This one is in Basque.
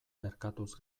erkatuz